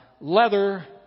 Leather